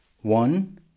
One